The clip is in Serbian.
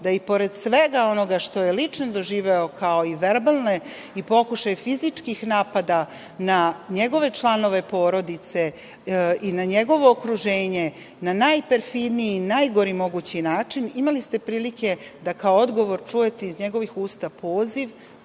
da i pored svega onoga što je lično doživeo kao i verbalne i pokušaje fizičkih napada na njegove članove porodice i na njegovo okruženje, na najperfidniji i na najgori mogući način, imali ste prilike da kao odgovor čujete iz njegovih usta poziv